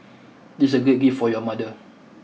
this is a great gift for your mother